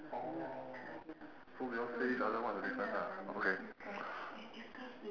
oh so we all say each other what are the difference ah okay